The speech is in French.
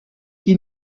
qui